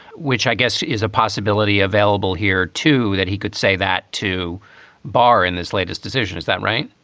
which i guess is a possibility available here, too, that he could say that to bar in this latest decision. is that right?